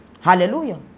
hallelujah